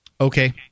Okay